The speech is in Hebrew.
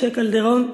משה קלדרון,